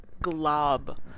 glob